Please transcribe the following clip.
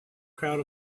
crowd